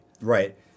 Right